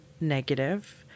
negative